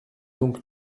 donc